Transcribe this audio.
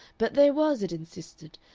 but there was, it insisted,